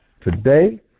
today